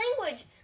language